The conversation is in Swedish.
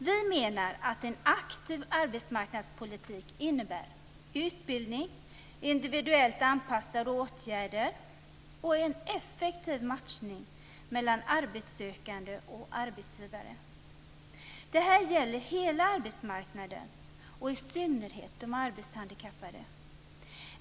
Vi menar att en aktiv arbetsmarknadspolitik innebär utbildning, individuellt anpassade åtgärder och en effektiv matchning mellan arbetssökande och arbetsgivare. Detta gäller hela arbetsmarknaden och i synnerhet de arbetshandikappade.